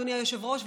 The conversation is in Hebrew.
אדוני היושב-ראש,